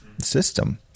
system